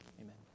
Amen